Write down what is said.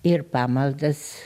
ir pamaldas